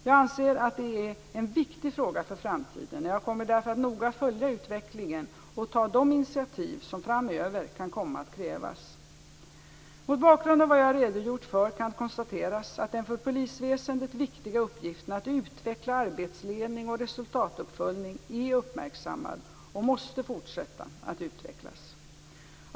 Jag anser att det är en viktig fråga för framtiden, och jag kommer därför att noga följa utvecklingen och ta de initiativ som framöver kan komma att krävas. Mot bakgrund av vad jag redogjort för kan konstateras att den för polisväsendet viktiga uppgiften att utveckla arbetsledning och resultatuppföljning är uppmärksammad och måste fortsätta att utvecklas.